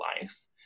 life